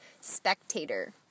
spectator